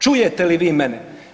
Čujete li vi mene?